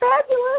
fabulous